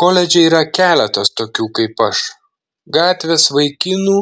koledže yra keletas tokių kaip aš gatvės vaikinų